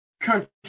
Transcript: country